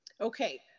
Okay